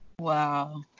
Wow